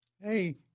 Hey